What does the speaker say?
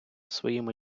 своїми